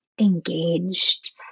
engaged